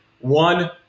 One